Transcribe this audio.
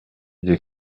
des